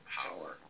power